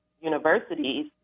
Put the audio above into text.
universities